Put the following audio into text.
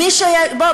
בוא